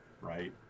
right